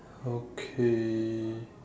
okay